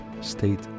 state